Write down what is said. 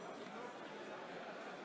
הכלל.